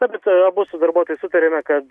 tad abu su darbuotojais sutarėme kad